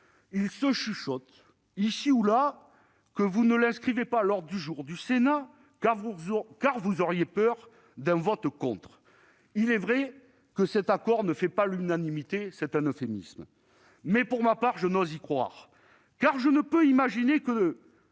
Il se chuchote, ici ou là, que vous ne l'inscrivez pas à l'ordre du jour du Sénat, parce que vous auriez peur d'un vote contre ; il est vrai que cet accord ne fait pas l'unanimité, et c'est un euphémisme. Néanmoins, pour ma part, je n'ose y croire, car je ne peux imaginer qu'un